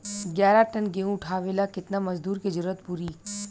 ग्यारह टन गेहूं उठावेला केतना मजदूर के जरुरत पूरी?